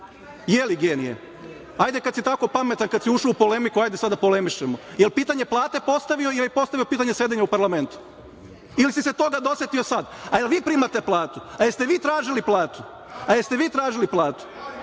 Je li genije? Hajde, kad si tako pametan kad si upao u polemiku hajde sada da polemišemo. Jel pitanje plate postavio pitanje, ili je postavio pitanje sedenje u parlamentu ili si se toga dosetio sad? A da li vi primate platu? A da li ste vi tražili platu? A jeste li vi tražili platu?